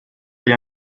agli